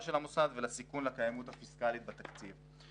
של המוסד ולסיכון לקיימות הפיסקאלית בתקציב.